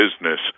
business